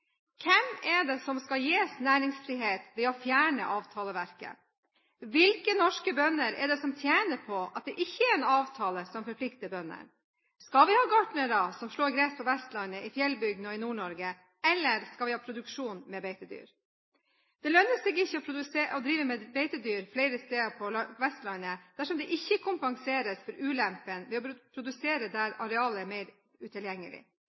Hvem er det som skal gis næringsfrihet ved å fjerne avtaleverket? Hvilke norske bønder er det som tjener på at det ikke er en avtale som forplikter bøndene? Skal vi ha gartnere som slår gress på Vestlandet, i fjellbygdene og i Nord-Norge, eller skal vi ha produksjon med beitedyr? Flere steder på Vestlandet lønner det seg ikke å drive med beitedyr dersom det ikke kompenseres for ulempen ved å produsere der arealet er mer utilgjengelig.